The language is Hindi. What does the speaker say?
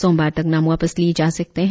सोमवार तक नाम वापस लिए जा सकते है